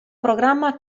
programma